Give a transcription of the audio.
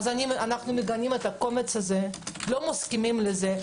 אנחנו מגנים את הקומץ הזה, לא מסכימים לזה.